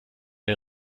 der